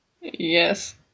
Yes